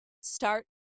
Start